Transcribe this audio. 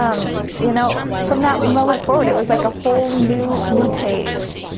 um you know, from that moment forward it was like a whole new new page.